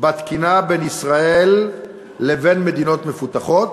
בתקינה בין ישראל לבין מדינות מפותחות